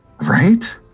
right